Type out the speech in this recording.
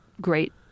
great